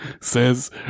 says